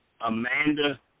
Amanda